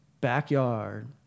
backyard